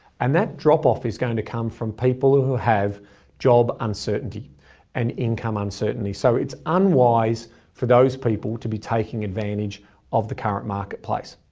and that drop off is going to come from people who who have job uncertainty and income uncertainty. so it's unwise for those people to be taking advantage of the current marketplace.